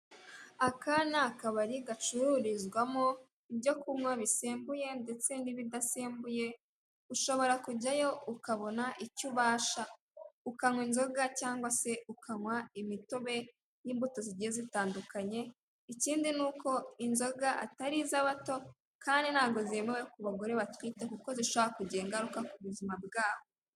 Aka ni akabari gacururizwamo ibyo kunywa bisembuye ndetse n'ibidasembuye, ushobora kujyayo ukabona icyo ubasha, ukanywa inzoga cyangwa se ukanywa imitobe y'imbuto zigiye zitandukanye, ikindi ni uko inzoga atari iz'abato kandi ntago zemewe ku bagore batwite kuko zishobora kugira ngaruka ku buzima bwabo.